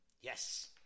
Yes